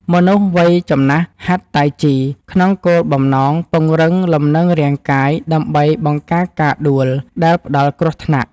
មនុស្សវ័យចំណាស់ហាត់តៃជីក្នុងគោលបំណងពង្រឹងលំនឹងរាងកាយដើម្បីបង្ការការដួលដែលផ្ដល់គ្រោះថ្នាក់។